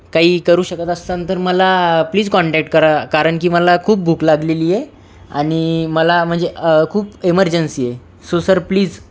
काही करू शकत असतान तर मला प्लीज कॉन्टॅक्ट करा कारण की मला खूप भूक लागलेलीये आणि मला म्हणजे खूप इमर्जन्सीये सो सर प्लीज